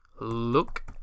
Look